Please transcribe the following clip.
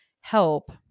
help